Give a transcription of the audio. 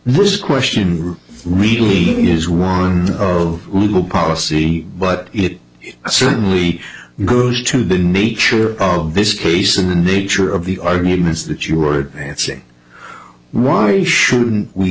this question really is one of legal policy but it certainly goes to the nature of this case and the nature of the arguments that you were advancing why shouldn't we